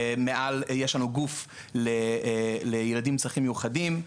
יש לנו גוף לילדים עם צרכים מיוחדים,